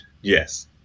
Yes